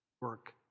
work